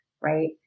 right